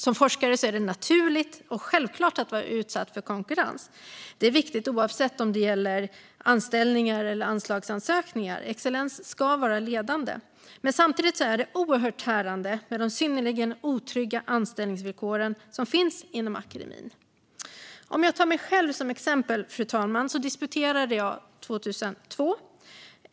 Som forskare är det naturligt och självklart att utsättas för konkurrens. Det är viktigt oavsett om det gäller anställningar eller anslagsansökningar. Excellens ska vara ledande. Men samtidigt är det oerhört tärande med de synnerligen otrygga anställningsvillkoren som finns inom akademin. Fru talman! Låt mig ta mig själv som exempel. Jag disputerade 2002.